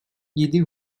yedi